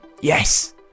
Yes